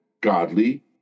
Godly